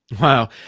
Wow